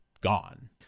gone